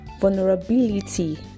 vulnerability